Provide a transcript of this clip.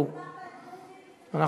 את תכבדי, אורן, אני לא רוצה לקרוא אותך לסדר.